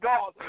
God